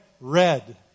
red